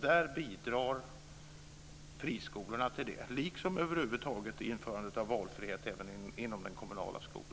Där bidrar friskolorna, liksom över huvud taget införandet av valfrihet inom den kommunala skolan.